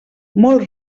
molt